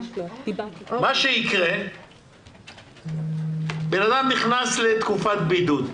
מה שיקרה שאדם שנכנס לתקופת בידוד,